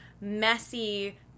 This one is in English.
messy